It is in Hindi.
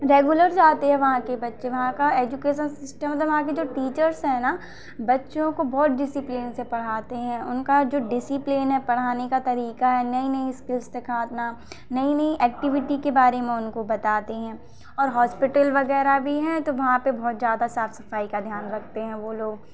रेगुलर जाते हैं वहां के बच्चे वहां का एजुकेशन सिस्टम मतलब वहां की जो टीचर्स हैं ना बच्चों को बहुत डिसिप्लिन से पढ़ाते हैं उनका जो डिसिप्लेन है पढ़ाने का तरीका है नई नई स्किल्स सिखाना नई नई एक्टिविटी के बारे मैं उनको बताते हैं और हॉस्पिटल वगैरह भी हैं तो वहां पे बहुत ज़्यादा साफ सफाई का ध्यान रखते हैं वो लोग